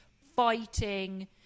fighting